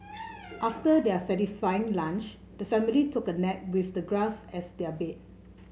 after their satisfying lunch the family took a nap with the grass as their bed